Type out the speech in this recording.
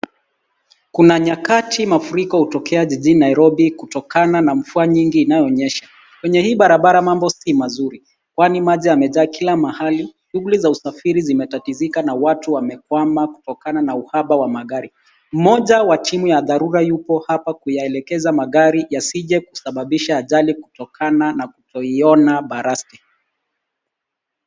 Kuna nyakati mafuriko hutokea jijini Nairobi, kutokana na mvua nyingi inayonyesha. Kwenye hii barabara mambo si mazuri kwani maji yamejaa kila mahali. Shughuli za usafiri zimetatizika na watu wamekwama kutokana na uhaba wa magari. Mmoja wa timu ya dharura yuko hapa kuyaelekeza magari, yasije kusababisha ajali kutokana na kutoiona baraste.